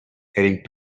heading